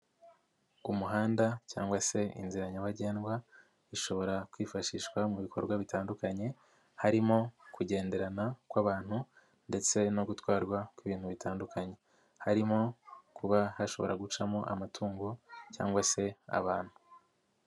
Umuhanda cyangwa se inzira nyabagendwa, ishobora kwifashishwa mu bikorwa bitandukanye, harimo kugenderana kw'abantu ndetse no gutwarwa kw'ibintu bitandukanye, harimo kuba hashobora gucamo amatungo cyangwa se abantu.